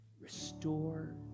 Restore